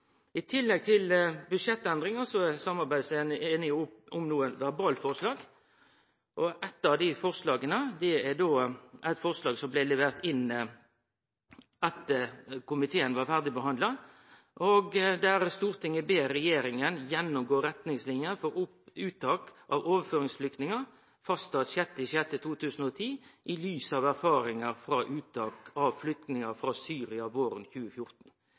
I tillegg til budsjettendringar er samarbeidspartia einige om nokre verbalforslag. Eitt av dei forslaga er eit forslag som blei levert inn etter at komiteen hadde ferdigbehandla budsjettet: «Stortinget ber regjeringen gjennomgå retningslinjer for uttak av overføringsflyktninger, fastsatt 16.06.2010, i lys av erfaringer fra uttak av flyktninger fra Syria våren 2014.»